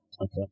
Okay